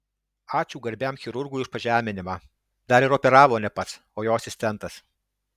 ačiū garbiam chirurgui už pažeminimą dar ir operavo ne pats o jo asistentas